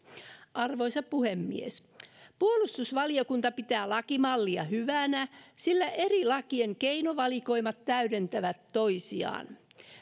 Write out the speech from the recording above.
arvoisa puhemies puolustusvaliokunta pitää lakimallia hyvänä sillä eri lakien keinovalikoimat täydentävät toisiaan